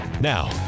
Now